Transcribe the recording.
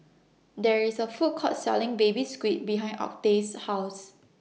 There IS A Food Court Selling Baby Squid behind Octave's House